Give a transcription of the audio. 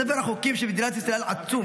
ספר החוקים של מדינת ישראל עצום.